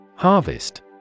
Harvest